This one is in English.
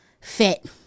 fit